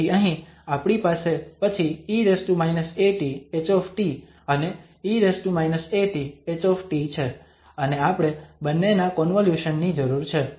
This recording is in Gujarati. તેથી અહીં આપણી પાસે પછી e at H અને e at H છે અને આપણે બંનેના કોન્વોલ્યુશન ની જરૂર છે